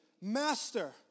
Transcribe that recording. Master